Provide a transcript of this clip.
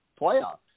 playoffs